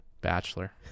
Bachelor